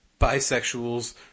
bisexuals